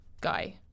guy